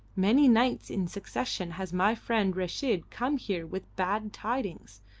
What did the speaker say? many nights in succession has my friend reshid come here with bad tidings.